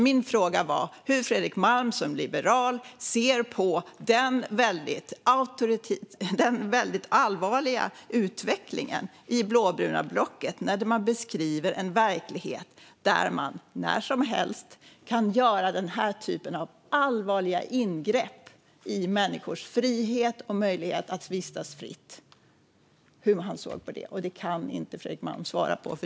Min fråga var hur Fredrik Malm som liberal ser på den väldigt allvarliga utvecklingen i det blåbruna blocket när man beskriver en verklighet där man när som helst kan göra den här typen av allvarliga ingrepp i människors frihet och möjlighet att vistas fritt. Den kan inte Fredrik Malm svara på.